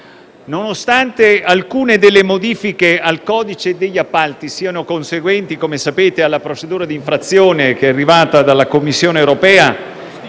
nonostante alcune delle modifiche al codice degli appalti siano conseguenti, come sapete, alla procedura d'infrazione che è arrivata dalla Commissione europea,